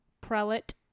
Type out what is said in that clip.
prelate